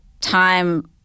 time